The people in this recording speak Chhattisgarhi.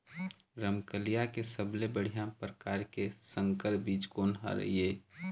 रमकलिया के सबले बढ़िया परकार के संकर बीज कोन हर ये?